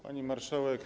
Pani Marszałek!